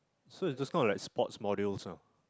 so it's just not like sports modules ah